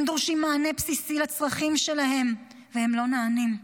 הם דורשים מענה בסיסי לצרכים שלהם, והם לא נענים.